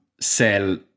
sell